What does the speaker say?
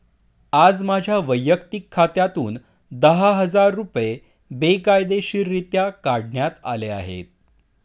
आज माझ्या वैयक्तिक खात्यातून दहा हजार रुपये बेकायदेशीररित्या काढण्यात आले आहेत